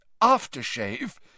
aftershave